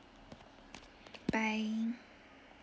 bye